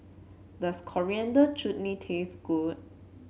does Coriander Chutney taste good